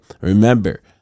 Remember